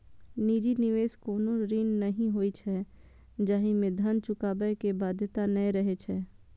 निजी निवेश कोनो ऋण नहि होइ छै, जाहि मे धन चुकाबै के बाध्यता नै रहै छै